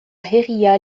herria